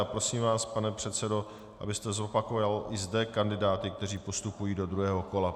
Prosím vás, pane předsedo, abyste zopakoval i zde kandidáty, kteří postupují do druhého kola.